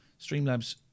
Streamlabs